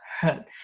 hurt